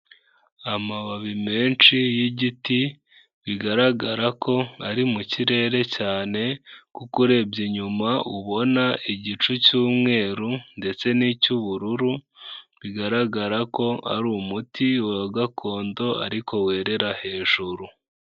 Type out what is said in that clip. Amababi menshi y'igiti bigaragara ko ari mu kirere cyane kuko urebye inyuma ubona igicu cy'umweru ndetse n'icy'ubururu, bigaragara ko ari umuti wa gakondo ariko werera hejuru.